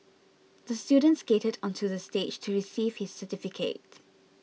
the student skated onto the stage to receive his certificate